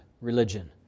religion